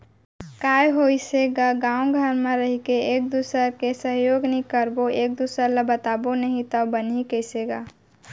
काय होइस हे गा गाँव घर म रहिके एक दूसर के सहयोग नइ करबो एक दूसर ल बताबो नही तव बनही कइसे गा